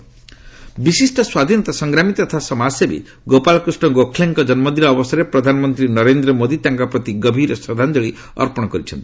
ମୋଦି ଗୋଖଲେ ବିଶିଷ୍ଟ ସ୍ୱାଧୀନତା ସଂଗ୍ରାମୀ ତଥା ସମାଜସେବୀ ଗୋପାଳକୃଷ୍ଣ ଗୋଖଲେଙ୍କ ଜନ୍ମଦିନ ଅବସରରେ ପ୍ରଧାନମନ୍ତ୍ରୀ ନରେନ୍ଦ୍ର ମୋଦୀ ତାଙ୍କ ପ୍ରତି ଗଭୀର ଶ୍ରଦ୍ଧାଞ୍ଚଳି ଅର୍ପଣ କରିଛନ୍ତି